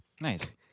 Nice